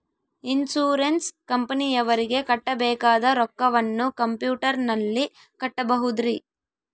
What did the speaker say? Insurance ಕಂಪನಿಯವರಿಗೆ ಕಟ್ಟಬೇಕಾದ ರೊಕ್ಕವನ್ನು ಕಂಪ್ಯೂಟರನಲ್ಲಿ ಕಟ್ಟಬಹುದ್ರಿ?